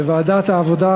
בוועדת העבודה,